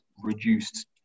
reduced